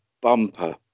bumper